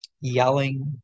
yelling